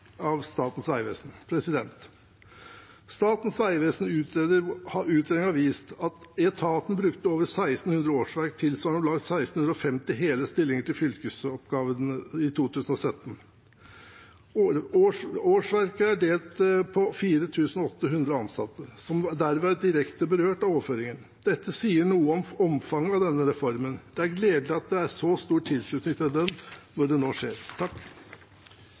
Statens vegvesen. Statens vegvesens utredning har vist at etaten brukte om lag 1 600 årsverk, tilsvarende om lag 1 650 hele stillinger til fylkesveioppgaver i 2017. Årsverkene er fordelt på 4 800 ansatte, som derved er direkte berørt av overføringen. Dette sier noe om omfanget av denne reformen. Det er gledelig at det er så stor tilslutning til den, når det skjer.